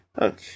Okay